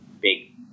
big